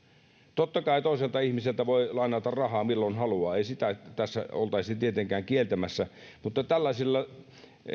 totta kai toiselta ihmiseltä voi lainata rahaa milloin haluaa eikä sitä tässä oltaisi tietenkään kieltämässä mutta tällaisilla